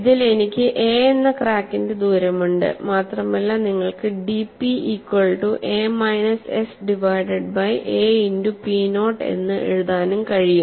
ഇതിൽ എനിക്ക് എ എന്ന ക്രാക്കിന്റെ ദൂരമുണ്ട് മാത്രമല്ല നിങ്ങൾക്ക് dP equal to a minus s divided by aഇന്റു p നോട്ട് എന്ന് എഴുതാനും കഴിയും